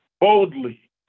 boldly